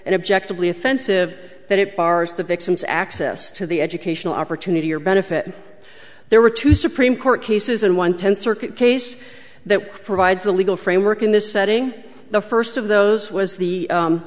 and objectively offensive that it bars the victim's access to the educational opportunity or benefit there were two supreme court cases and one tenth circuit case that provides the legal framework in this setting the first of those was the